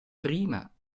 prima